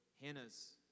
Hannah's